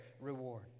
reward